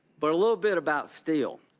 but a little bit about steele.